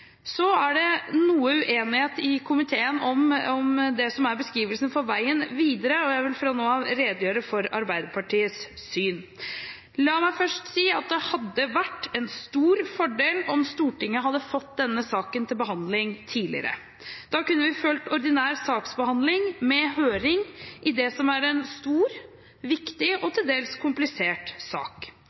er noe uenighet i komiteen om det som er beskrivelsen av veien videre, og jeg vil fra nå av redegjøre for Arbeiderpartiets syn. La meg først si at det hadde vært en stor fordel om Stortinget hadde fått denne saken til behandling tidligere. Da kunne vi fulgt ordinær saksbehandling med høring i det som er en stor, viktig og til dels komplisert sak.